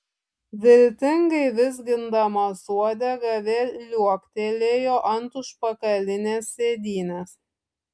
viltingai vizgindamas uodegą vėl liuoktelėjo ant užpakalinės sėdynės